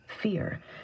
fear